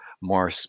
more